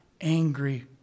angry